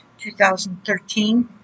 2013